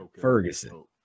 Ferguson